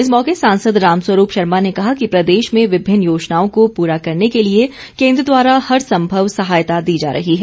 इस मौके सांसद रामस्वरूप शर्मा ने कहा कि प्रदेश में विभिन्न योजनाओं को पूरा करने के लिए केन्द्र द्वारा हर सम्भव सहायता दी जा रही है